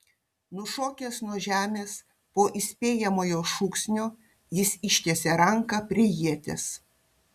nušokęs ant žemės po įspėjamojo šūksnio jis ištiesė ranką prie ieties